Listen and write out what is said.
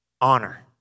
honor